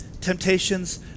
Temptations